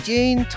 June